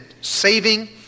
saving